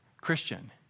Christian